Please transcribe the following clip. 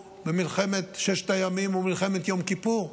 במלחמת ששת הימים או במלחמת יום כיפור,